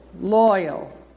loyal